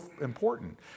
important